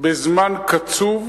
בזמן קצוב,